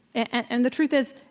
and the truth is,